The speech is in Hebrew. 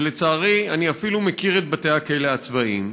ולצערי אני אפילו מכיר את בתי הכלא הצבאיים,